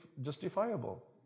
justifiable